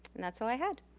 and that's all i had.